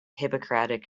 hippocratic